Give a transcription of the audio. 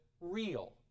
real